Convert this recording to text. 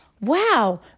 wow